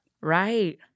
Right